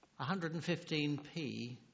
115p